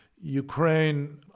Ukraine